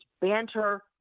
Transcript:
banter